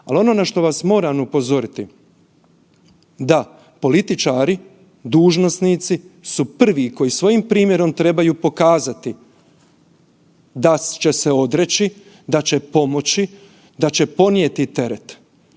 Ali ono na što vas moram upozoriti da političari, dužnosnici su prvi koji svojim primjerom trebaju pokazati da će se odreći, da će pomoći, da će podnijeti teret.